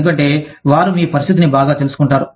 ఎందుకంటే వారు మీ పరిస్థితిని బాగా తెలుసుకుంటారు